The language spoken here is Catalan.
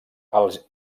els